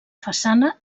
façana